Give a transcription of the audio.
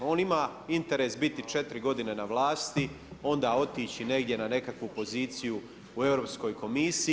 On ima interes biti 4 godine na vlasti, onda otići negdje na nekakvu poziciju u Europskoj komisiji.